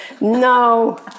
no